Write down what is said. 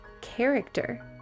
character